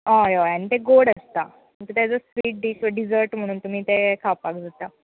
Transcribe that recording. हय हय आनी तें गोड आसता तेजो स्वीट डीश डिजट म्हणोन तुमी तें खावपाक जाता